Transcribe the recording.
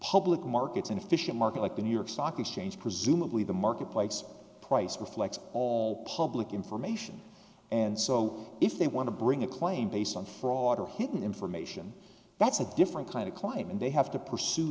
public markets an efficient market like the new york stock exchange presumably the marketplace price reflects all public information and so if they want to bring a claim based on fraud or hidden information that's a different kind of claim and they have to pursue